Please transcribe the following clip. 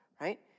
right